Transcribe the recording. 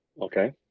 Okay